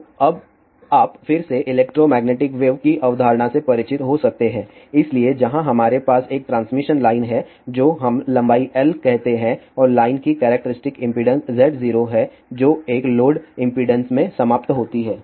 तो अब आप फिर से इलेक्ट्रोमैग्नेटिक वेव की अवधारणा से परिचित हो सकते हैं इसलिए जहां हमारे पास एक ट्रांसमिशन लाइन है जो हम लंबाई L कहते है और लाइन की कैरेक्टरिस्टिक इम्पीडेन्स Z0 है जो एक लोड इम्पीडेन्स में समाप्त होती है